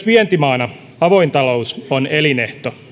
vientimaana myös avoin talous on meille elinehto